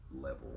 level